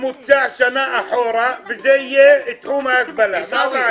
תן ממוצע שנה אחורה, וזה יהיה תחום ההגבלה.